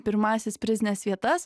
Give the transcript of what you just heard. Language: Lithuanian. pirmąsias prizines vietas